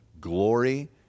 glory